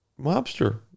mobster